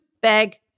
bag